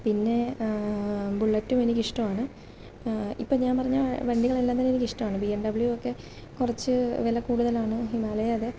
പിന്നെ ബുള്ളറ്റും എനിക്കിഷ്ടം ആണ് ഇപ്പോൾ ഞാൻ പറഞ്ഞ വണ്ടികളെല്ലാം തന്നെ എനിക്ക് ഇഷ്ടമാണ് ബി എം ഡബ്ലിയുവൊക്കെ കുറച്ച് വില കൂടുതലാണ് ഹിമാലയ അതെ